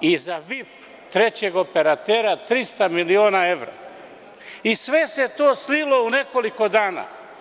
i za VIP trećeg operatera 300 miliona evra i sve se to slilo u nekoliko dana.